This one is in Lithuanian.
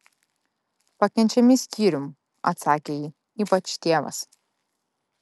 pakenčiami skyrium atsakė ji ypač tėvas